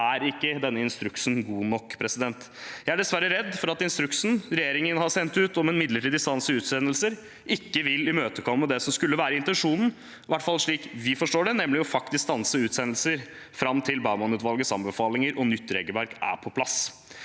er ikke denne instruksen god nok. Jeg er dessverre redd for at instruksen regjeringen har sendt ut om en midlertidig stans i utsendelser, ikke vil imøtekomme det som skulle være intensjonen – i hvert fall slik vi forstår det – nemlig faktisk å stanse utsendelser fram til Baumann-utvalgets anbefalinger og nytt regelverk er på plass.